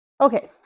okay